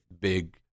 big